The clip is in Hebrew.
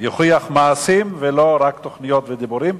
יוכיח מעשים ולא רק תוכניות ודיבורים,